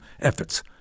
efforts